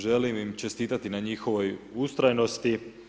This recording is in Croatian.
Želim im čestitati na njihovoj ustrajnosti.